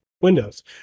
Windows